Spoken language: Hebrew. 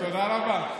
תודה רבה.